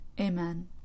Amen